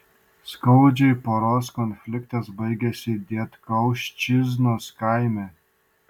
skaudžiai poros konfliktas baigėsi dietkauščiznos kaime